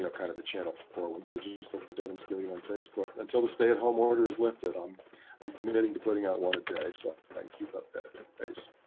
you know kind of a channel for one. so just look for devin scillian on facebook until the stay at home order is lifted. i'm um committed to putting out one a day, so, if i can keep up that pace.